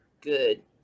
good